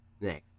next